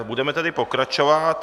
Budeme tedy pokračovat.